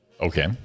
okay